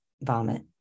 vomit